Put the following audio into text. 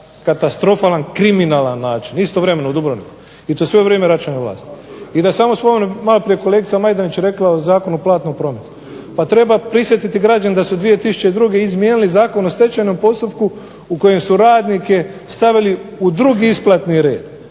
katastrofalan kriminalan način, istovremeno u Dubrovniku, i to sve u vrijeme Račanove vlasti. I da samo spomenem, maloprije je kolegica Majdenić rekla o Zakonu o platnom prometu, pa treba prisjetiti građane da su 2002. izmijenili Zakon o stečajnom postupku u kojem su radnike stavili u drugi isplatni red